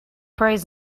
prize